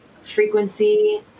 frequency